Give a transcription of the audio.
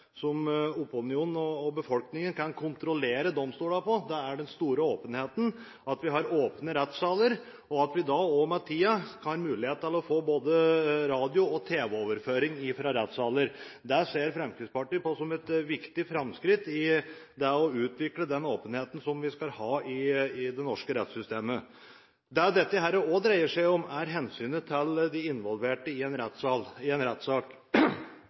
den måten opinionen og befolkningen kan kontrollere domstolene på. Vi skal ha åpne rettssaler, og også med tiden ha mulighet til å få både radio- og tv-overføring fra rettssaler. Det ser Fremskrittspartiet som et viktig framskritt når det gjelder å utvikle den åpenheten som vi skal ha i det norske rettssystemet. Det dette også dreier seg om, er hensynet til de involverte i en rettssak. Nå er det slik at siktede og dømte i en rettssak